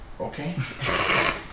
Okay